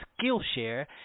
Skillshare